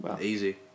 easy